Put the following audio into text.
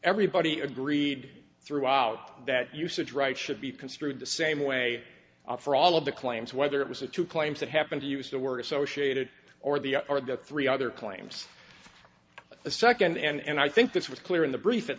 everybody agreed throughout that usage rights should be construed the same way for all of the claims whether it was the two claims that happen to use the word associated or the or the three other claims of the second and i think this was clear in the brief at